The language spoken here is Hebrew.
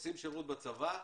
עושים שירות בצבא.